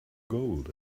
gold